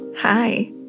hi